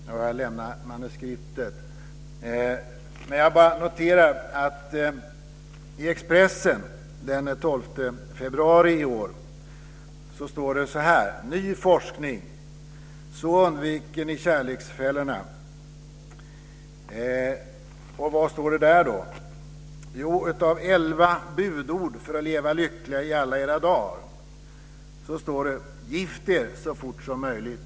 Nu har jag lämnat manuskriptet. Jag noterar att det står så här i Expressen den 12 februari i år: "Ny forskning: Så undviker ni kärleksfällorna". Vad står det då sedan? Bland elva budord för att leva lycklig i alla sina dagar står följande: "Gift er så fort som möjligt."